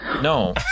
No